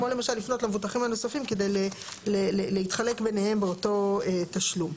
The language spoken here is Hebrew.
כמו למשל לפנות למבוטחים הנוספים כדי להתחלק ביניהם באותו תשלום,